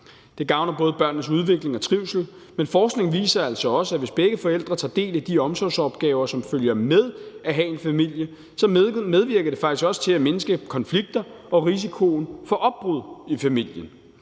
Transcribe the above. Det gavner både børnenes udvikling og trivsel, men forskning viser altså også, at hvis begge forældre tager del i de omsorgsopgaver, som følger med at have en familie, så medvirker det faktisk også til at mindske konflikter og risikoen for opbrud i familien.